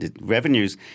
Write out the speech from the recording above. Revenues